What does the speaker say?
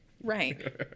Right